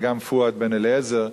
וגם פואד בן-אליעזר,